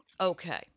Okay